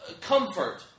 comfort